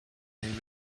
they